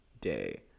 day